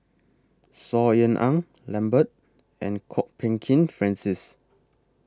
Saw Ean Ang Lambert and Kwok Peng Kin Francis